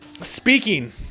Speaking